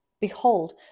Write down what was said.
Behold